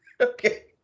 Okay